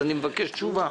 אני מבקש תשובה.